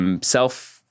self